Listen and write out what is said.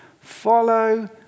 Follow